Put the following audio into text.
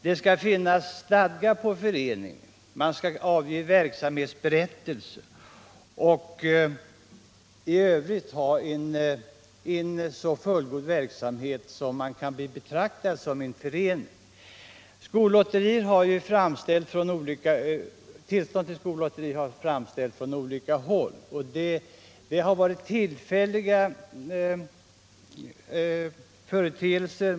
Det skall finnas stadgar för föreningen, den skall avge verksamhetsberättelse och i övrigt ha en sådan verksamhet att den kan betraktas som en förening. Ansökan om tillstånd till skollotteri har framställts från olika håll. Det har då gällt tillfälliga företeelser.